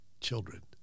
children